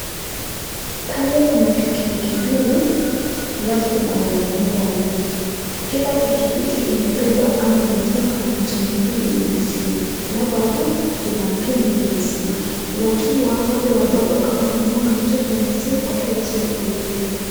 Pale Kuna pikipiki mbili , alafu kuna wanaume wawili. Kila pikipiki imebeba ama imefunga mitungi mbili ya maziwa, alafu hapa kuna mtungi ya maziwa, wakiwa wale wa baba kama wamefunga mtungi ya maziwa wakiwa tayari kuipeleka.